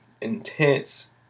Intense